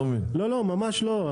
לא, לא, ממש לא.